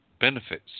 benefits